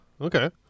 okay